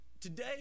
Today